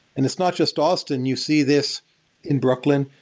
and it's not just austin, you see this in brooklyn,